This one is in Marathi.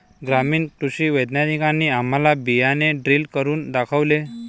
ग्रामीण कृषी वैज्ञानिकांनी आम्हाला बियाणे ड्रिल करून दाखवले